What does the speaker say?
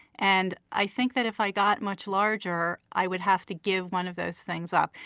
and i think that if i got much larger, i would have to give one of those things up.